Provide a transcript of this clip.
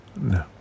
No